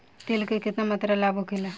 तेल के केतना मात्रा लाभ होखेला?